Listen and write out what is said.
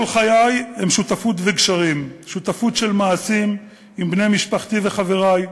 כל חיי הם שותפות וגשרים: שותפות של מעשים עם בני משפחתי וחברי,